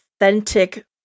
authentic